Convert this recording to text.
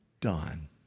done